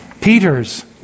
Peter's